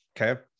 okay